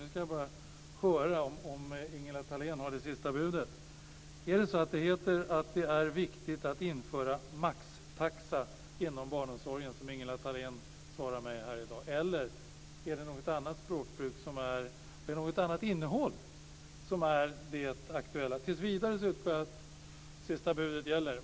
Jag ska bara höra om Ingela Thalén har det sista budet. Är det så att det heter att det är viktigt att införa maxtaxa inom barnomsorgen, som Ingela Thalén svarar mig här i dag, eller är det något annat språkbruk - eller något annat innehåll - som är det aktuella? Tills vidare utgår jag från att det är sista budet som gäller.